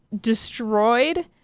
destroyed